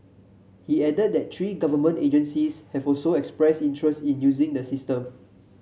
he added that three government agencies have also expressed interest in using the system